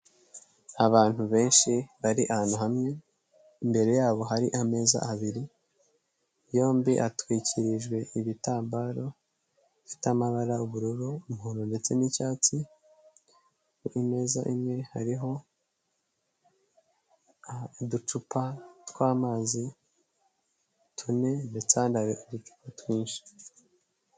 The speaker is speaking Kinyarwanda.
Abantu benshi bari ahantu hamwe, imbere yabo hari ameza abiri yombi atwikirijwe ibitambaro bifite amabara ubururu, umuhondo ndetse n'icyatsi, imeza imwe hariho uducupa tw'amazi tune ndetse ahandi hari uducupa twinshi.